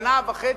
שנה וחצי,